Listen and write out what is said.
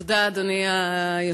תודה, אדוני היושב-ראש.